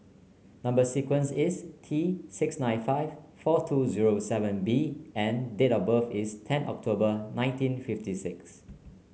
number sequence is T six nine five four two zero seven B and date of birth is ten October nineteen fifty six